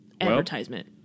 advertisement